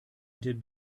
did